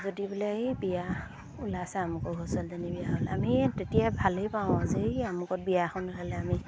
যদি বোলে এই বিয়া ওলাইছে আমুকৰ সৰু চোৱালীজনী বিয়া হ'ল আমি তেতিয়া ভালেই পাওঁ আজি এই আমুকত বিয়া এখন ওলালে আমি